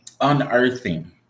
unearthing